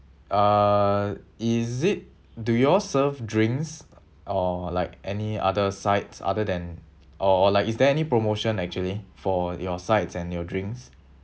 uh is it do you all serve drinks or like any other sides other than or like is there any promotion actually for your sides and your drinks